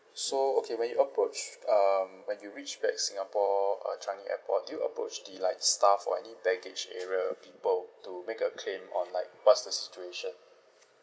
so okay when you approached um when you reached back singapore uh changi airport do you approach the like staff or any baggage area people to make a claim on like what's the situation